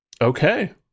Okay